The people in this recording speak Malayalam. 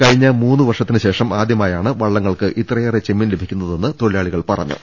കഴിഞ്ഞ മൂന്ന് വർഷത്തിന് ശേഷം ആദ്യമായാണ് വള്ള ങ്ങൾക്ക് ഇത്രയേറെ ചെമ്മീൻ ലഭിക്കുന്നതെന്ന് തൊഴിലാളികൾ പറ ഞ്ഞു